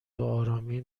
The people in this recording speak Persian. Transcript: بهآرامی